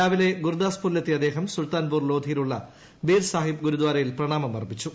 രാവിലെ ഗുർദാസ്പൂരിലെത്തിയ അദ്ദേഹം സുൽത്താൻപൂർ ലോധിയിലുള്ള ബീർസാഹിബ് ഗുരുദാരയിൽ പ്രണാമം അർപ്പിച്ചു